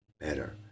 better